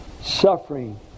suffering